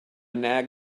nag